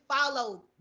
follow